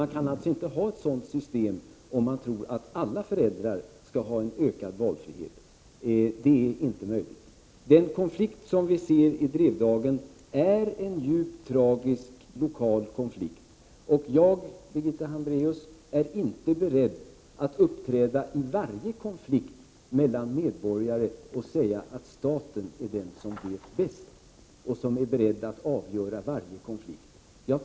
Man kan alltså inte ha ett sådant system, om man tror att alla föräldrar skulle ha ökad valfrihet. Det är inte möjligt. Den konflikt som vi ser i Drevdagen är en djupt tragisk lokal konflikt. Birgitta Hambraeus! Jag är inte beredd att uppträda i varje konflikt mellan medborgare och säga att staten vet bäst och är beredd att avgöra varje konflikt.